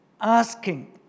asking